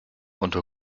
unter